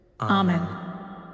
Amen